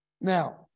Now